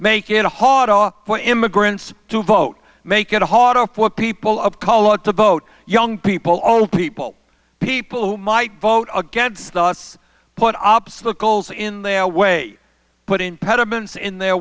make it harder for immigrants to vote make it harder for people of color to vote young people old people people who might vote against us put obstacles in their way putting perelman's in their